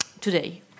today